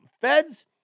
feds